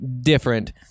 different